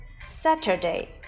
Saturday